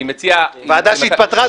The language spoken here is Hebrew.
אני מציע --- ועדה שהתפטרה,